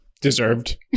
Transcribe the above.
Deserved